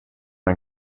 ein